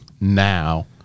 now